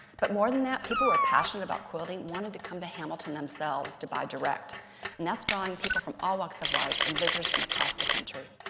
but more than that, people who were passionate about quilting wanted to come to hamilton themselves to buy direct, and that's drawing people from all works of life, and visitors from across the country.